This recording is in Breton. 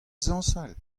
zañsal